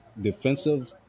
defensive